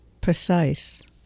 precise